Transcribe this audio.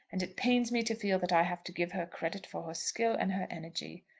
and it pains me to feel that i have to give her credit for her skill and her energy.